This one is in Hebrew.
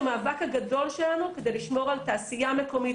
שהמאבק הגדול שלנו זה לשמור על תעשייה מקומית,